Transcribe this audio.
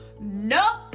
Nope